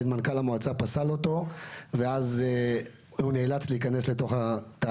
מנכ"ל המועצה פסל אותו והוא נאלץ להיכנס לתהליך.